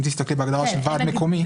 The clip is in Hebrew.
אם תסתכלי בהגדרה של ועד מקומי.